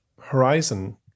Horizon